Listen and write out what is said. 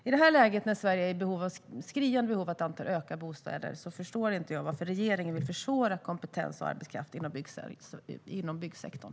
I det här läget, när Sverige har ett skriande behov av att öka antalet bostäder, förstår jag inte varför regeringen vill försvåra för kompetens och arbetskraft inom byggsektorn.